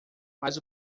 mas